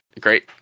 great